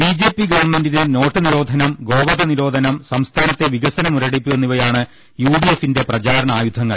B J പ്പി ഗവൺമെന്റിന്റെ note നിരോധനം ഗോ വധ നിരോധനം സ്ഠ്സ്ഥാനത്തെ വികസന മുര ടിപ്പ് എന്നിവയാണ് യു ഡി എഫിന്റെ പ്രചാരണ ആയുധങ്ങൾ